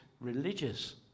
religious